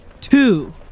Two